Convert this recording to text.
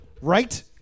Right